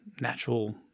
natural